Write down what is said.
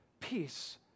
Peace